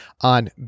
on